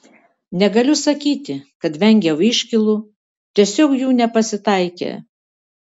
negaliu sakyti kad vengiau iškylų tiesiog jų nepasitaikė